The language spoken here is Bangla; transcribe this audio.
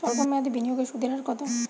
সল্প মেয়াদি বিনিয়োগের সুদের হার কত?